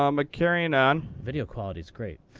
um ah carrying on. video quality's great.